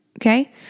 okay